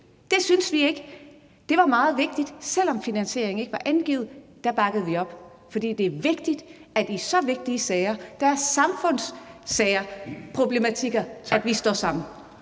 det synes vi ikke. Det var meget vigtigt, og selv om finansieringen ikke var angivet, bakkede vi op, fordi det er vigtigt, at vi i så vigtige sager, sager om samfundsproblematikker, står sammen.